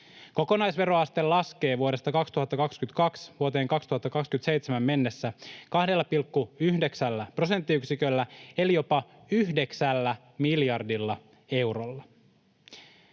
Kokonaisveroaste laskee vuodesta 2022 vuoteen 2027 mennessä 2,9 prosenttiyksiköllä eli jopa yhdeksällä miljardilla eurolla.